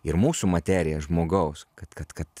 ir mūsų materiją žmogaus kad kad kad